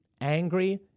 Angry